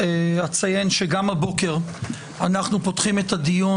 אציין שגם הבוקר אנחנו פותחים את הדיון